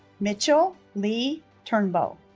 mitchell lee turnbow